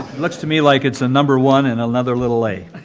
looks to me like it's a number one and another little a.